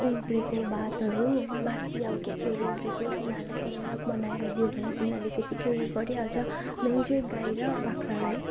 उब्रिएको भातहरू बासी अब के केहरू उब्रिएको तिनीहरूलाई त्यहाँनिर बनाएर दियो भने तिनीहरूले त्यतिकै उयो गरिहाल्छ मेन चाहिँ गाई र बाख्रालाई